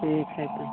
ठीक है तब